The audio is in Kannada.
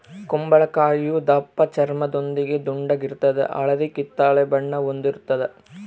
ಕುಂಬಳಕಾಯಿಯು ದಪ್ಪಚರ್ಮದೊಂದಿಗೆ ದುಂಡಾಗಿರ್ತದ ಹಳದಿ ಕಿತ್ತಳೆ ಬಣ್ಣ ಹೊಂದಿರುತದ